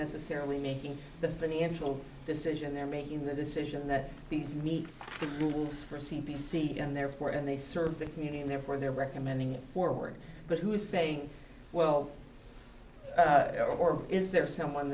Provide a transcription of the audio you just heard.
necessarily making the financial decision they're making the decision that these meet the new rules for c b c and therefore and they serve the community and therefore they're recommending forward but who is saying well or is there someone